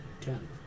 ten